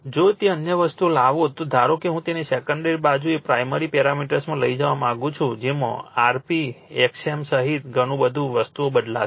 જો તે અન્ય વસ્તુઓ લાવો તો ધારો કે હું તેને સેકન્ડરી બાજુએ પ્રાઇમરી પેરામીટર્સમાં લઈ જવા માંગુ છું જેમાં rp xm સહિત બધું ઘણી વસ્તુઓ બદલાશે